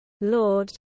Lord